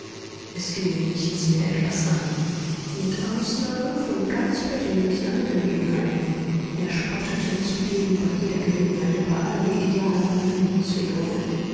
es ging ihn nichts mehr etwas an mit ausnahme von ganz persönlichen angelegenheiten er spottete zudem bei jeder gelegenheit über alle idealeren